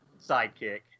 sidekick